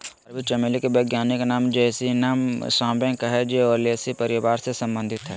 अरबी चमेली के वैज्ञानिक नाम जैस्मीनम सांबैक हइ जे ओलेसी परिवार से संबंधित हइ